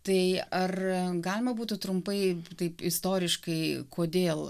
tai ar galima būtų trumpai taip istoriškai kodėl